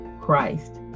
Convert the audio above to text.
Christ